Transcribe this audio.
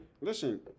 listen